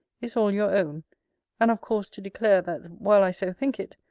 is all your own and of course to declare, that, while i so think it,